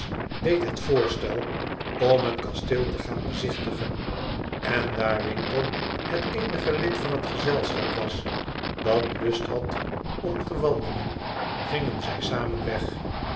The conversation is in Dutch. deed het voor st el om het kasteel te gaan bezichtigen en daar winkle het eenige lid van het gezelschap was dat lust had om ce wandelen gingen zij tezamen